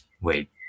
wait